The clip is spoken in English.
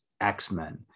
x-men